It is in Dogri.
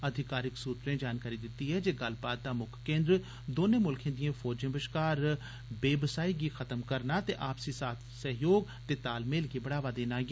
अधिकारिक सूत्रें जानकारी दित्ती ऐ जे गन्नबात दा मुक्ख केन्द्र दौनें मुल्खें दिएं फौजें बश्कार बेवसाही गी खत्म करना ते आपसी साथ सैहयोग गी बढ़ावा देना ऐ